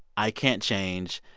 i can't change.